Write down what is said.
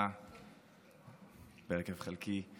נכבדה בהרכב חלקי,